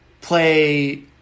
play